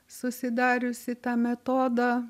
susidariusi tą metodą